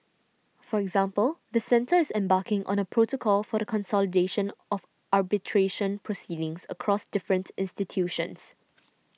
for example the centre is embarking on a protocol for the consolidation of arbitration proceedings across different institutions